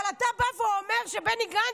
אבל אתה בא ואומר שבני גנץ,